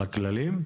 הכללים?